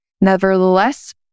Nevertheless